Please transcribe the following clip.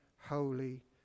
holy